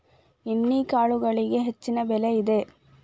ಎಣ್ಣಿಕಾಳುಗಳಿಗೆ ಹೆಚ್ಚಿನ ಬೆಲೆ ಇದೆ